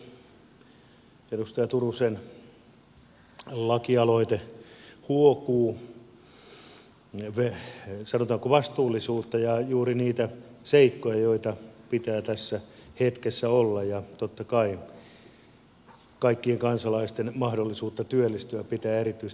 edustaja turusen lakialoite huokuu sanotaanko vastuullisuutta ja juuri niitä seikkoja joita pitää tässä hetkessä olla ja totta kai kaikkien kansalaisten mahdollisuutta työllistyä pitää erityisesti korostaa